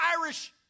Irish